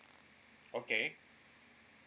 okay